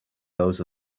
those